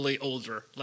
older